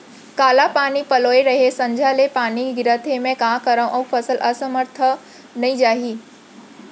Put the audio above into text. काली पानी पलोय रहेंव, संझा ले पानी गिरत हे, मैं का करंव अऊ फसल असमर्थ त नई जाही?